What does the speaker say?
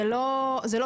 זה לא פיקדון.